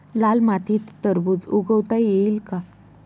लाल मातीत टरबूज उगवता येईल का?